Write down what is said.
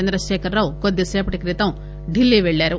చంద్రశేఖరరావు కొద్దిసేపటి క్రితం ఢిల్లీ పెళ్లారు